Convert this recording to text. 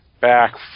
back